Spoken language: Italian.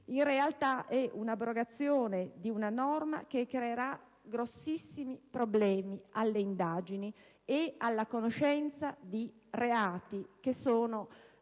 si tratta dell'abrogazione di una norma che creerà grossissimi problemi alle indagini e alla conoscenza di reati gravissimi.